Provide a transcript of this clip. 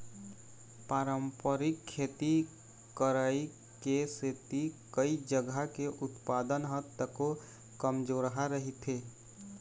पारंपरिक खेती करई के सेती कइ जघा के उत्पादन ह तको कमजोरहा रहिथे